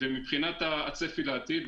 מבחינת הצפי לעתיד,